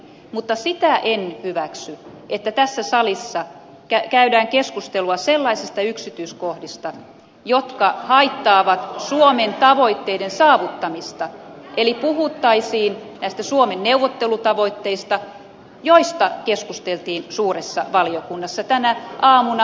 mutta sitä en hyväksy että tässä salissa käydään keskustelua sellaisista yksityiskohdista jotka haittaavat suomen tavoitteiden saavuttamista eli puhuttaisiin näistä suomen neuvottelutavoitteista joista keskusteltiin suuressa valiokunnassa tänä aamuna